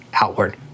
outward